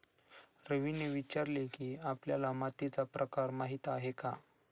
रवीने विचारले की, आपल्याला मातीचा प्रकार माहीत आहे का?